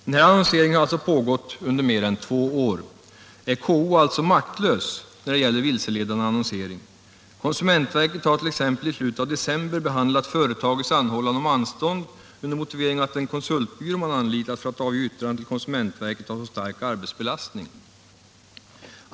Denna annonsering har pågått under mer än två år. Är KO alltså maktlös när det gäller vilseledande annonsering? Konsumentverket behandlade i slutet av december en anhållan från företaget om anstånd med att avge yttrande till verket med motiveringen att den konsultbyrå företaget anlitat för detta hade så stor arbetsbelastning.